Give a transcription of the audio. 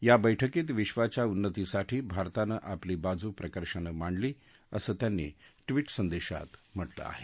या बैठकीत विधाच्या उन्नतीसाठी भारतानं आपली बाजू प्रकर्षानं मांडली असं त्यांनी ट्विट संदेशात म्हटलं आहे